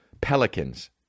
pelicans